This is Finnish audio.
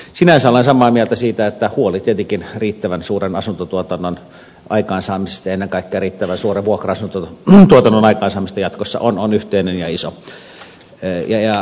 sinänsä olen samaa mieltä siitä että tietenkin huoli riittävän suuren asuntotuotannon aikaansaamisesta ja ennen kaikkea riittävän suuren vuokra asuntotuotannon aikaansaamisesta jatkossa on yhteinen ja iso